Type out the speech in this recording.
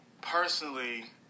personally